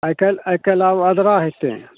काल्हि आइकाल्हि आब आद्रा हेतै